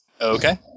Okay